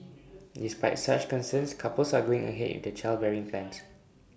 despite such concerns couples are going ahead in their childbearing plans